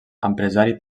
empresari